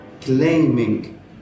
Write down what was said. claiming